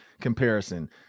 comparison